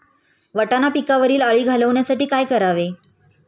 वाटाणा पिकावरील अळी घालवण्यासाठी काय करावे?